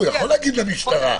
הוא יכול להגיד למשטרה.